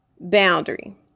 boundary